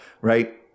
right